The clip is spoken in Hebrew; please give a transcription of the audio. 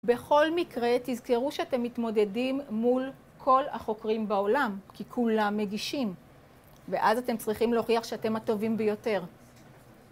בכל מקרה תזכרו שאתם מתמודדים מול כל החוקרים בעולם, כי כולם מגישים. ואז אתם צריכים להוכיח שאתם הטובים ביותר.